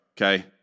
Okay